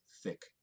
thick